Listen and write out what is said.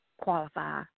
qualify